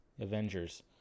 Avengers